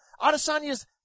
Adesanya's